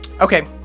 Okay